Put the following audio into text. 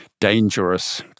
dangerous